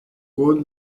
قول